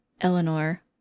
Eleanor